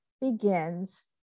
begins